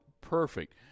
perfect